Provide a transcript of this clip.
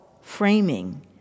framing